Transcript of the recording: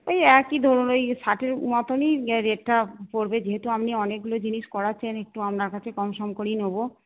ওই একই ধরুন ওই শার্টের মতোই রেটটা পড়বে যেহেতু আপনি অনেকগুলো জিনিস করাচ্ছেন একটু আপনার কাছে কম সম করেই নেব